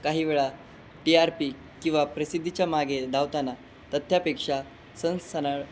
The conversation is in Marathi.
काही वेळा टी आर पी किंवा प्रसिद्धीच्या मागे धावताना तथ्यापेक्षा संस्थनळ